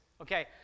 Okay